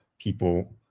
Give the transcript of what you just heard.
People